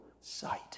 sight